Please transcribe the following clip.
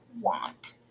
want